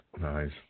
nice